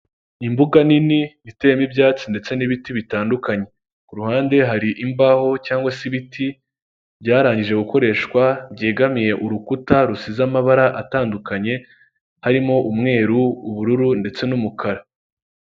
Imbuga nini iteyemo ibyatsi ndetse n'ibiti bitandukanye, ku ruhande hari imbaho cyangwa se ibiti byarangije gukoreshwa byegamiye urukuta rusize amabara atandukanye harimo umweru ubururu ndetse n'umukara.